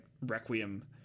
Requiem